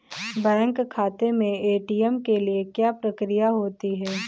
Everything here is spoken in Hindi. बैंक खाते में ए.टी.एम के लिए क्या प्रक्रिया होती है?